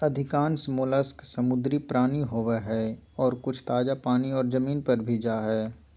अधिकांश मोलस्क समुद्री प्राणी होवई हई, आर कुछ ताजा पानी आर जमीन पर भी पाल जा हई